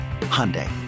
Hyundai